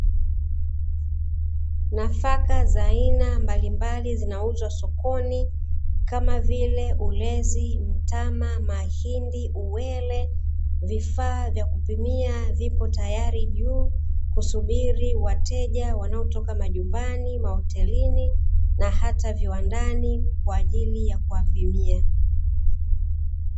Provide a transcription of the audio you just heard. Nafaka za aina mbalimbali zinauzwa sokoni kama vile: ulezi, mtama, mahindi, uele. Vifaa vya kupimia vipo tayari juu kusubiri wateja wanaotoka majumbani, mahotelini na hata viwandani kwa ajili ya kuwapimia.